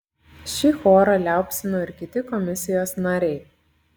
šį chorą liaupsino ir kiti komisijos nariai